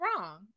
wrong